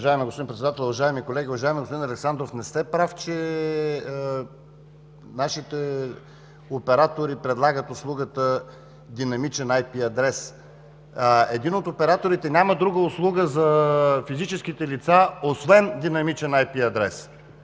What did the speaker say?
Уважаеми господин Председател, уважаеми колеги! Уважаеми господин Александров, не сте прав, че нашите оператори предлагат услугата динамичен IP адрес. Един от операторите няма друга услуга за физическите лица освен динамичен IP.